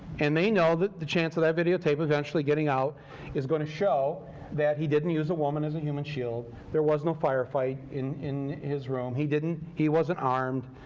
and they know that the chance of that videotape eventually getting out is going to show that he didn't use a woman as a human shield, there was no fire fight in in his room, he didn't he wasn't armed,